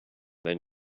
then